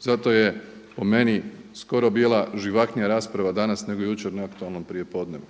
zato je po meni skoro bila živahnija rasprava danas nego jučer na aktualnom prijepodnevu.